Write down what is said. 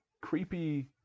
creepy